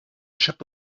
shop